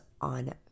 on